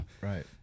Right